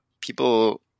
people